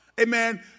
amen